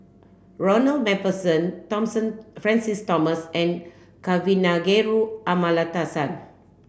Ronald MacPherson Francis Thomas and Kavignareru Amallathasan